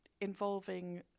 involving